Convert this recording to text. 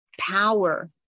power